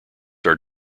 are